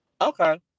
Okay